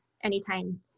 anytime